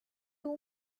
too